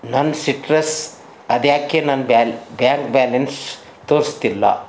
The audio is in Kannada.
ನನ್ನ ಸಿಟ್ರಸ್ ಅದೇಕೆ ನನ್ನ ಬ್ಯಾಲ್ ಬ್ಯಾಂಕ್ ಬ್ಯಾಲೆನ್ಸ್ ತೋರಿಸ್ತಿಲ್ಲ